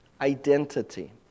identity